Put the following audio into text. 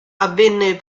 avvenne